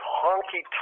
honky